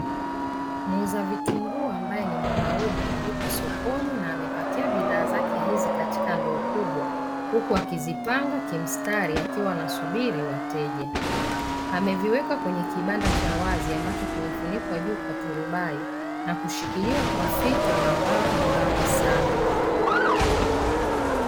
Muuza vitunguu ambae ni mwanaume yupo sokoni na amepakia bidhaa zake hizi katika ndoo kubwa huku akizipanga kimstari akiwa anasubiri wateja. Ameviweka kwenye kibanda cha wazi ambacho kimefunikwa juu kwa turubai na kushikiliwa kwa fito na mbao nyembamba sana.